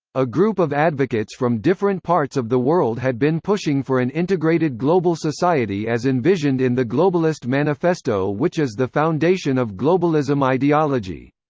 a group of advocates from different parts of the world had been pushing for an integrated global society as envisioned in the globalist manifesto which is the foundation of globalism ideology.